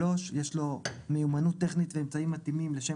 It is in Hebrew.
3.יש לו מיומנות טכנית ואמצעים מתאימים לשם